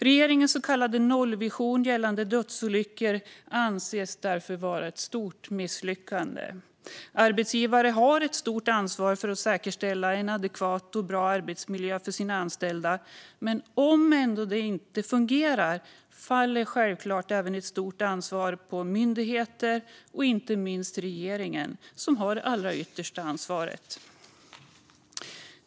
Regeringens så kallade nollvision gällande dödsolyckor anses därför vara ett stort misslyckande. Arbetsgivare har ett stort ansvar för att säkerställa en adekvat och bra arbetsmiljö för sina anställda. Men om detta ändå inte fungerar faller självklart ett stort ansvar även på myndigheter och inte minst på regeringen som har det yttersta ansvaret.